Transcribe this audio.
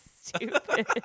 stupid